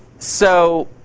so